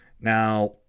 Now